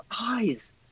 eyes